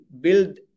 build